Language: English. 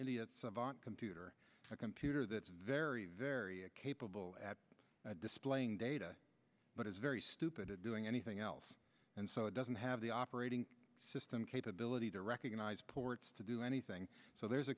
idiot savant computer a computer that's very very capable at displaying data but is very stupid doing anything else and so it doesn't have the operating system capability to recognise ports to do anything so there's a